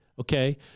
Okay